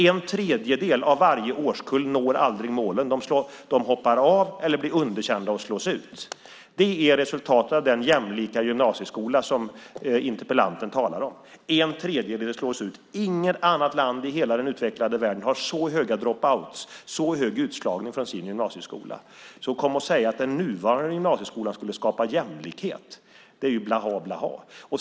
En tredjedel av varje årskull når aldrig målen. De hoppar av eller blir underkända och slås ut. Det är resultatet av den jämlika gymnasieskola som interpellanten talar om. En tredjedel slås ut. Inget annat land i hela den utvecklade världen har så höga dropouts , så hög utslagning från sin gymnasieskola. Att komma och säga att den nuvarande gymnasieskolan skulle skapa jämlikhet är ju blaha blaha.